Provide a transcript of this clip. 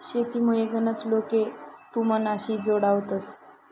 शेतीमुये गनच लोके तुमनाशी जोडावतंस